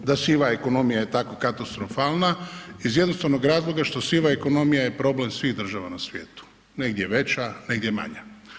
Da siva ekonomija je tako katastrofalna iz jednostavnog razloga što siva ekonomija je problem svih država na svijetu, negdje veća, negdje manja.